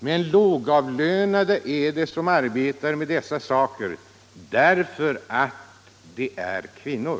Men lågavlönade är de som arbetar med dessa saker därför att de är kvinnor.